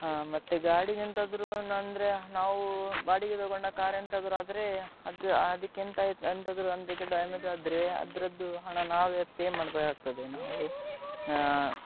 ಹಾಂ ಮತ್ತು ಗಾಡಿಗೆಂತಾದರೂ ಅಂದ್ರೆ ನಾವು ಬಾಡಿಗೆ ತೊಗೊಂಡ ಕಾರ್ ಎಂತ ಆದ್ರು ಆದರೆ ಅದು ಅದಕ್ಕೆಂತಾಯ್ತು ಎಂತಾದರು ಅಂದಿಕೆ ಡ್ಯಾಮೇಜ್ ಆದರೆ ಅದರದ್ದು ಹಣ ನಾವೇ ಪೇ ಮಾಡಬೇಕಾಗ್ತದೆ ನಾವು